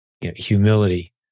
humility